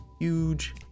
Huge